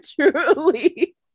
truly